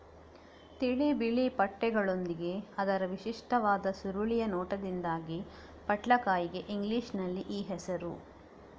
ತಿಳಿ ಬಿಳಿ ಪಟ್ಟೆಗಳೊಂದಿಗೆ ಅದರ ವಿಶಿಷ್ಟವಾದ ಸುರುಳಿಯ ನೋಟದಿಂದಾಗಿ ಪಟ್ಲಕಾಯಿಗೆ ಇಂಗ್ಲಿಷಿನಲ್ಲಿ ಈ ಹೆಸರು